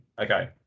Okay